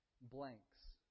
blanks